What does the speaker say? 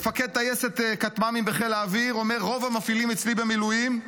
מפקד טייסת כתמ"מים בחיל האוויר אומר: רוב המפעילים אצלי במילואים,